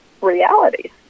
realities